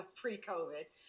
pre-COVID